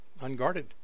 unguarded